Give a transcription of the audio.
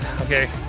okay